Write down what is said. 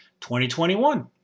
2021